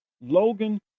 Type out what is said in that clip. Logan